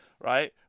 Right